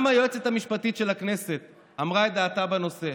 גם היועצת המשפטית של הכנסת אמרה את דעתה בנושא,